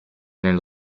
nello